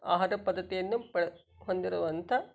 ಆಹಾರ ಪದ್ಧತಿಯನ್ನು ಪಡೆ ಹೊಂದಿರುವಂಥ